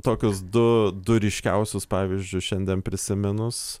tokius du du ryškiausius pavyzdžius šiandien prisiminus